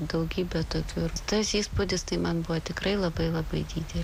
daugybė tų atvirų tas įspūdis tai man buvo tikrai labai labai didelis